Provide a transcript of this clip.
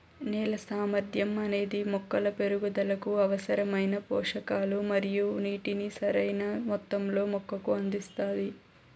నేల సామర్థ్యం అనేది మొక్కల పెరుగుదలకు అవసరమైన పోషకాలు మరియు నీటిని సరైణ మొత్తంలో మొక్కకు అందిస్తాది